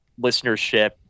listenership